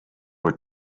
were